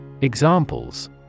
Examples